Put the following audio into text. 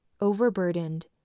Overburdened